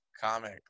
comic